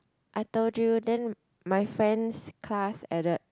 I told you then my friends class added